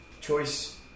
choice